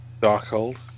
Darkhold